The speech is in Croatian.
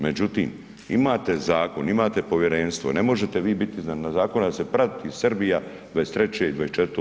Međutim, imate zakon, imate povjerenstvo, ne možete vi biti iznad zakona jer se prati Srbija 23. i 24.